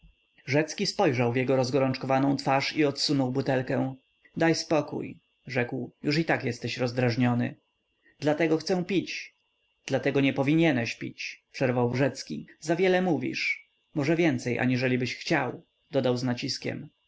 rzecki spojrzał w jego rozgorączkowaną twarz i odsunął butelkę daj spokój rzekł już i tak jesteś rozdrażniony dlatego chcę pić dlatego nie powinieneś pić przerwał ignacy zawiele mówisz może więcej aniżelibyś chciał dodał z naciskiem